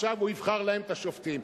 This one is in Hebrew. עכשיו הוא יבחר להם את השופטים.